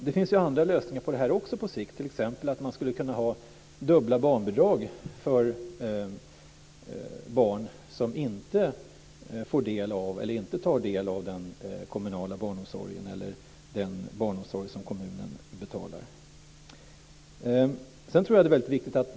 Det finns också andra lösningar på detta på sikt, t.ex. att ha dubbla barnbidrag för barn som inte tar del av den kommunala barnomsorgen eller den barnomsorg som kommunen betalar.